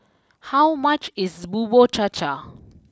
how much is Bubur Cha Cha